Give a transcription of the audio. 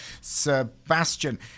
Sebastian